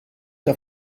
der